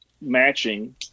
matching